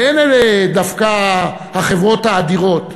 ואין אלה דווקא החברות האדירות,